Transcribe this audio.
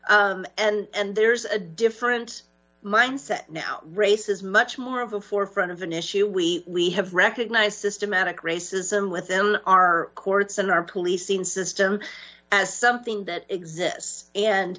s and there's a different mindset now race is much more of a forefront of an issue we we have recognized systematic racism within our courts and our policing system as something that exists and